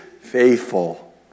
faithful